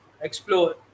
explore